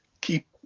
keep